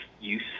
use